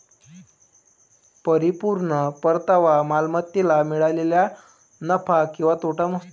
परिपूर्ण परतावा मालमत्तेला मिळालेला नफा किंवा तोटा मोजतो